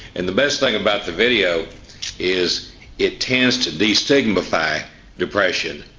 and the best thing about the video is it tends to destigmatise depression,